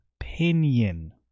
opinion